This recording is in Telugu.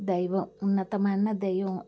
దైవం ఉన్నతమైన దైవం